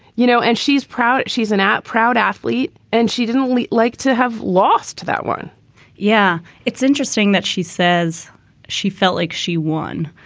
you know, and she's proud. she's an app proud athlete. and she didn't only like to have lost that one yeah. it's interesting that she says she felt like she won.